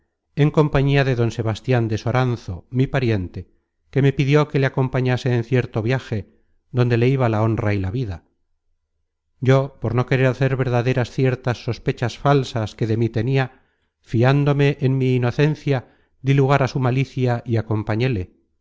en compañía de don sebas tian de soranzo mi pariente que me pidió que le acompa ñase en cierto viaje donde le iba la honra y la vida yo por no querer hacer verdaderas ciertas sospechas falsas que de mí tenia fiándome en mi inocencia dí lugar á su malicia y acompañéle